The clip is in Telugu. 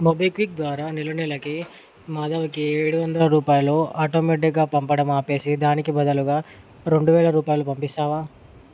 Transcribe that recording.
మోబిక్విక్ ద్వారా నెలనెలకి మాధవకి ఏడువందల రూపాయలు ఆటోమేటిక్గా పంపడం ఆపేసి దానికి బదులు రెండువేల రూపాయలు పంపిస్తావా